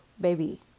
baby